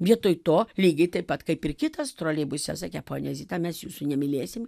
vietoj to lygiai taip pat kaip ir kitas troleibuse sakė ponia zita mes jūsų nemylėsim